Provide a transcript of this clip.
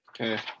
Okay